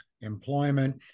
employment